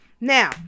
Now